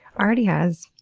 already has.